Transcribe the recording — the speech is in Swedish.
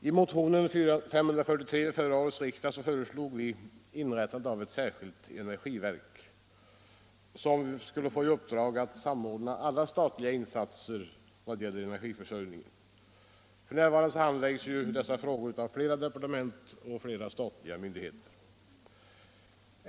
I motionen 543 vid förra årets riksdag föreslog vi inrättandet av ett särskilt energiverk, som skulle få i uppdrag att samordna alla statliga insatser vad gäller vår energiförsörjning. F. n. handläggs dessa frågor av flera departement och statliga myndigheter.